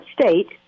state